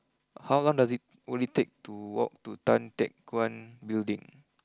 how long does it will it take to walk to Tan Teck Guan Building